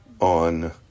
on